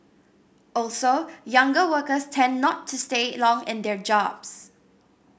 also younger workers tend not to stay long in their jobs